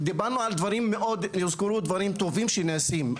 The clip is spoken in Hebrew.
הוזכרו דברים טובים שנעשים,